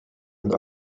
and